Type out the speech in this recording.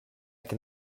can